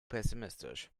pessimistisch